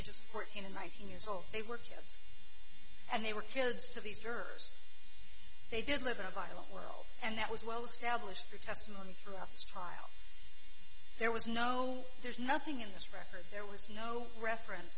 ages fourteen and nineteen years old they were kids and they were kids to these jerks they did live in a violent world and that was well established through testimony through office trial there was no there's nothing in this record there was no reference